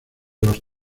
los